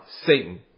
Satan